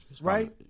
right